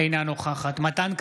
אינה נוכחת מתן כהנא,